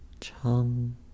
Chum